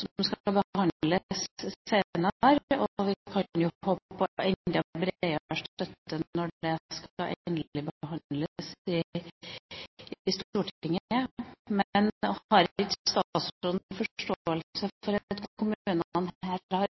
som skal behandles senere. Vi kan jo håpe på enda bredere støtte når det skal endelig behandles i Stortinget. Men har ikke statsråden forståelse for at kommunene her har